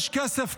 יש כסף,